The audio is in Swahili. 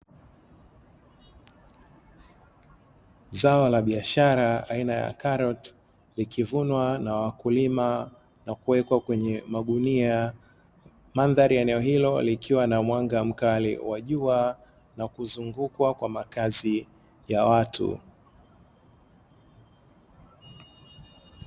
Zao la biashara aina ya karoti likivunwa na wakulima na kuwekwa kwenye magunia. Mandhari ya eneo hilo yakiwa na mwanga wa jua na kuzungukwa kwa makazi ya watu.